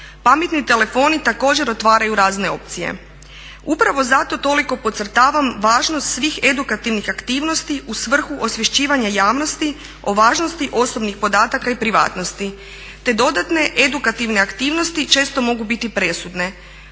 Pametni telefoni također otvaraju razne opcije. Upravo zato toliko podcrtavam važnost svih edukativnih aktivnosti u svrhu osvješćivanja javnosti o važnosti osobnih podataka i privatnosti te dodatne edukativne aktivnosti često mogu biti presudne